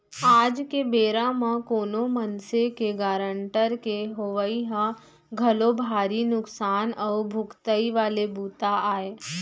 आज के बेरा म कोनो मनसे के गारंटर के होवई ह घलोक भारी नुकसान अउ भुगतई वाले बूता आय